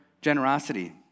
generosity